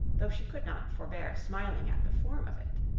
though she could not forbear smiling at the form of it.